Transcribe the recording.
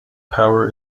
power